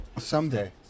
Someday